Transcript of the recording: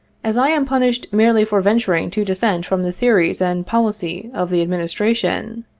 as i am punished merely for venturing to dissent from the theories and policy of the administration,